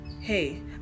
hey